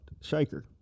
Shaker